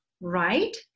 right